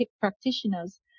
practitioners